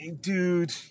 dude